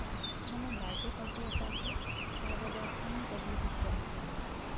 হয় মানে birthday party এটা আছে তাৰ বাবে এখন টেবুল বুক কৰিম বুলি ভাবিছোঁ